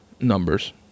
numbers